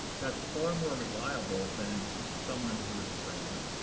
that's far more reliable than someone who is a stranger.